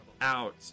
out